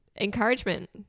encouragement